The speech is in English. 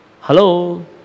Hello